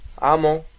Amo